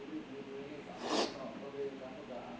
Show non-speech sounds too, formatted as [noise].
[noise]